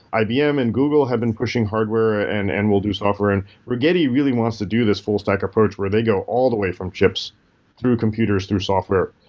ibm and google have been pushing hardware and and will do software. and rigetti really wants to do this full stack approach where they go all the way from chips through computers, through software.